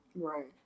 right